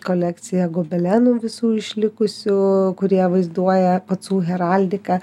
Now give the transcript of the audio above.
kolekcija gobelenų visų išlikusių kurie vaizduoja pacų heraldiką